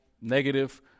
negative